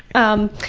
um,